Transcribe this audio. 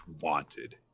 wanted